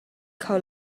kho